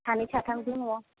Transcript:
सानै साथाम दङ